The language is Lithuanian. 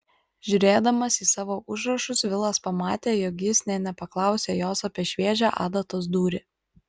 žiūrėdamas į savo užrašus vilas pamatė jog jis nė nepaklausė jos apie šviežią adatos dūrį